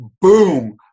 boom